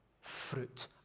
fruit